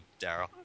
Daryl